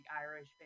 Irish